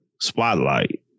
spotlight